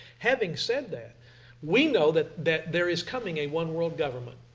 having said that we know that that there is coming a one world government.